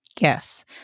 Yes